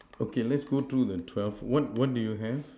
okay let's go through the twelve what what do you have